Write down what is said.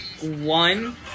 One